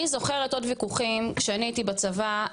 אני זוכרת עוד ויכוחים כשאני הייתי בצבא,